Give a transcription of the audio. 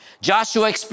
Joshua